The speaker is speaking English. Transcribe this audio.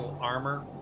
armor